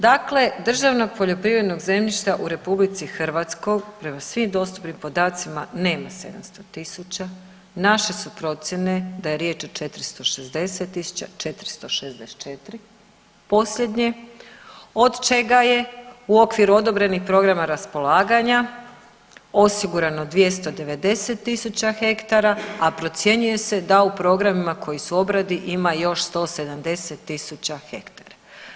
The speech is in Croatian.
Dakle, državnog poljoprivrednog zemljišta u RH prema svim dostupnim podacima nema 700.000, naše su procijene da je riječ o 460.464 posljednje od čega je u okviru odobrenih programa raspolaganja osigurano 290.000 hektara, a procjenjuje se da u programa koji su u obradi ima još 170.000 hektara.